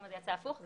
זה יצא הפוך.